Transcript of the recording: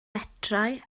metrau